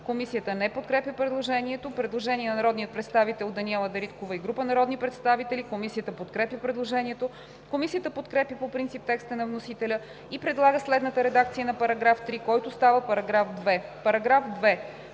Комисията не подкрепя предложението. Предложение на народния представител Даниела Дариткова и група народни представители. Комисията подкрепя предложението. Комисията подкрепя по принцип текста на вносителя и предлага следната редакция на § 3, който става § 2: „§ 2.